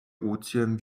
ozean